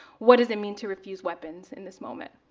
what does it mean to refuse weapons in this moment?